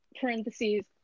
parentheses